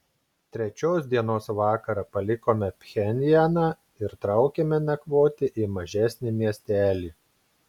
trečios dienos vakarą palikome pchenjaną ir traukėme nakvoti į mažesnį miestelį